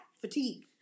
fatigue